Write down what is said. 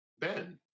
Ben